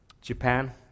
Japan